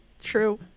True